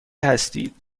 هستید